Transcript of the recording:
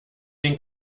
den